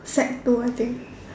sec two I think